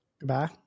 Goodbye